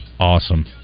awesome